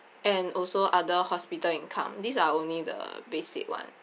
and also other hospital income these are only the basic [one]